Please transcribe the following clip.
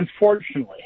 unfortunately